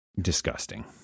disgusting